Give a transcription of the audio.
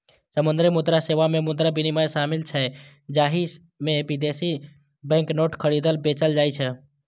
विदेशी मुद्रा सेवा मे मुद्रा विनिमय शामिल छै, जाहि मे विदेशी बैंक नोट खरीदल, बेचल जाइ छै